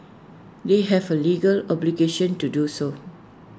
they have A legal obligation to do so